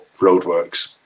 roadworks